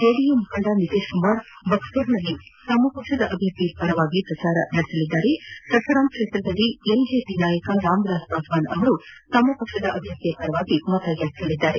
JDU ಮುಖಂಡ ನಿತೀತ್ಕುಮಾರ್ ಬಕ್ಷರ್ನಲ್ಲಿ ಪಕ್ಷದ ಅಭ್ಞರ್ಥಿ ಪರ ಪ್ರಚಾರ ನಡೆಸಿದರೆ ಸಸರಾಮ್ ಕ್ಷೇತ್ರದಲ್ಲಿ ಎಲ್ಜೆಪಿ ನಾಯಕ ರಾಂವಿಲಾಸ್ ಪಾಸ್ವಾನ್ ಅವರು ತಮ್ಮ ಪಕ್ಷದ ಅಭ್ಯರ್ಥಿ ಪರ ಮತಯಾಚಿಸಲಿದ್ದಾರೆ